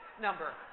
number